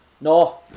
no